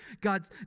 God